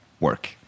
work